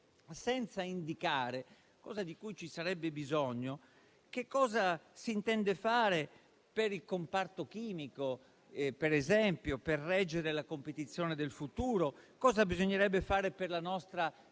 non si indica - cosa di cui ci sarebbe bisogno - che cosa si intende fare per il comparto chimico, per esempio, per reggere la competizione del futuro. Non si indica cosa bisognerebbe fare per la nostra